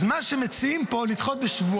אז מה שמציעים פה הוא לדחות בשבועיים,